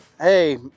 hey